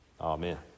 Amen